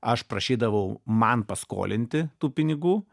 aš prašydavau man paskolinti tų pinigų